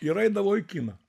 ir eidavau į kiną